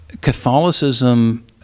Catholicism